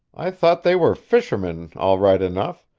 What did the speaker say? i thought they were fishermen, all right enough,